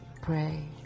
pray